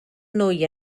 nwy